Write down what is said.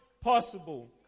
possible